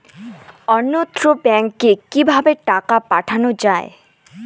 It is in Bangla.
অন্যত্র ব্যংকে কিভাবে টাকা পাঠানো য়ায়?